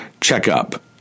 checkup